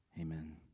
Amen